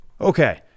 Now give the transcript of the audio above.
Okay